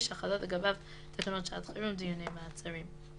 שחלות לגביו תקנות שעת חירום (דיוני מעצרים),